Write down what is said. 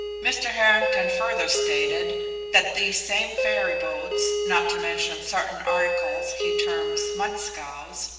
mr. harrington further stated that these same ferry-boats not to mention certain articles he terms mudscows,